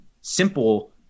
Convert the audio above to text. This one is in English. simple